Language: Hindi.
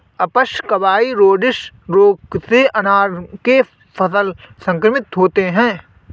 अप्सकवाइरोइड्स रोग से अनार के फल संक्रमित होते हैं